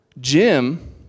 Jim